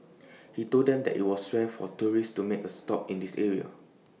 he told them that IT was rare for tourists to make A stop in this area